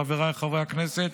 חבריי חברי הכנסת,